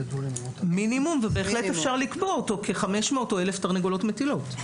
מינימום ובהחלט אפשר לקבוע אותו כ-500 או 1,000 תרנגולות מטילות.